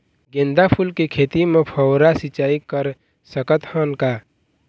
गेंदा फूल के खेती म फव्वारा सिचाई कर सकत हन का?